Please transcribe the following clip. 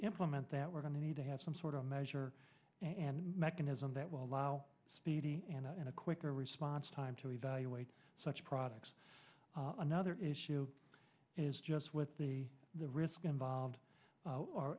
implement that we're going to need to have some sort of measure and mechanism that will allow speedy and a quicker response time to evaluate such products another issue is just with the the risk involved